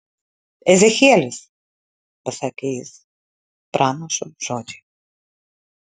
ezechielis pasakė jis pranašo žodžiai